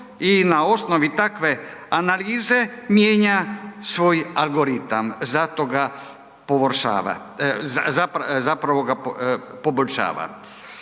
i na osnovi takve analize mijenja svoj algoritam, zato ga pogoršava,